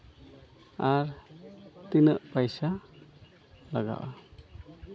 ᱟᱨ ᱛᱤᱱᱟᱹᱜ ᱯᱚᱭᱥᱟ ᱞᱟᱜᱟᱜᱼᱟ